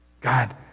God